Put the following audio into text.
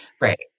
Right